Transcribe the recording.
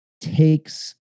takes